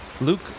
Luke